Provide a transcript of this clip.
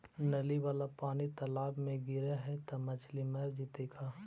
नली वाला पानी तालाव मे गिरे है त मछली मर जितै का?